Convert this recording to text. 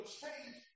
change